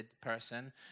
person